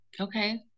okay